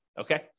Okay